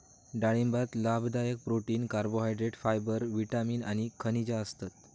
डाळिंबात लाभदायक protein, carbohydrate, fibre, vitamin आणि खनिजा असतत